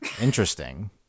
Interesting